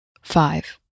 five